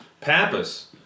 Pappas